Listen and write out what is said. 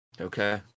Okay